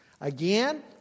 Again